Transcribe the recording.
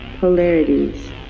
polarities